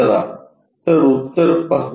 चला तर उत्तर पाहू